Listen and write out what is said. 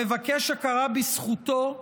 המבקש הכרה בזכותו,